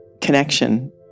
connection